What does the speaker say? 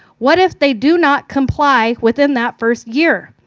what if they do not comply within that first year?